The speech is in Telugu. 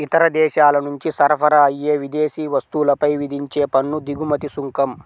ఇతర దేశాల నుంచి సరఫరా అయ్యే విదేశీ వస్తువులపై విధించే పన్ను దిగుమతి సుంకం